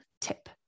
tip